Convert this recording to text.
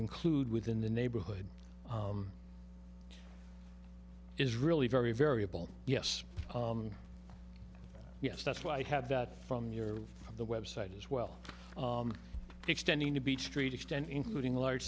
include within the neighborhood is really very variable yes yes that's why i have that from your from the website as well extending to beach street extend including large